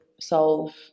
solve